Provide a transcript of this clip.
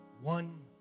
One